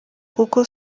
kuko